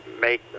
make